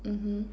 mmhmm